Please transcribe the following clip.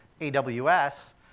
AWS